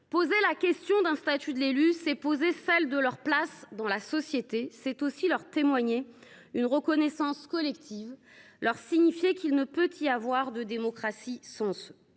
Poser la question d’un statut de l’élu, c’est poser celle de la place des élus dans la société ; c’est aussi leur témoigner une reconnaissance collective, leur signifier qu’il ne peut y avoir de démocratie sans eux.